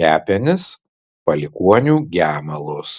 kepenis palikuonių gemalus